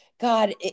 god